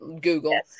Google